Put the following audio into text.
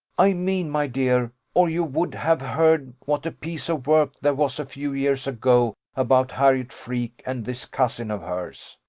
i mean, my dear, or you would have heard what a piece of work there was a few years ago about harriot freke and this cousin of hers.